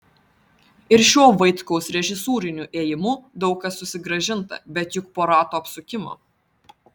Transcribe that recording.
ir šiuo vaitkaus režisūriniu ėjimu daug kas susigrąžinta bet juk po rato apsukimo